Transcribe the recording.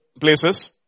places